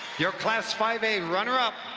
your class five a runner-up,